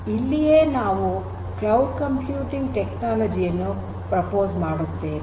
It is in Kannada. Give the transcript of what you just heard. ಇಲ್ಲಿಯೇ ನಾವು ಕ್ಲೌಡ್ ಕಂಪ್ಯೂಟಿಂಗ್ ಟೆಕ್ನಾಲಜಿ ಯನ್ನು ಪ್ರಸ್ತಾಪನೆ ಮಾಡುತ್ತೇವೆ